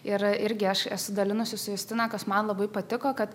ir irgi aš esu dalinusis su justina kas man labai patiko kad